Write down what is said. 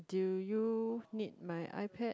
do you need my iPad